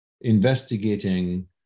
investigating